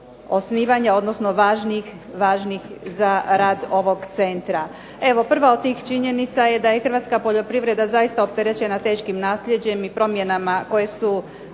odnosno važnih za rad ovog centra. Evo, prva od tih činjenica je da je hrvatska poljoprivreda zaista opterećena teškim naslijeđem i promjenama koje su